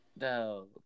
No